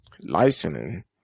licensing